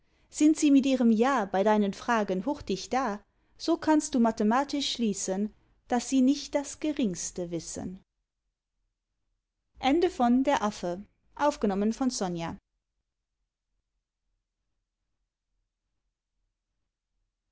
sind sie mit ihrem ja bei deinen fragen hurtig da so kannst du mathematisch schließen daß sie nicht das geringste wissen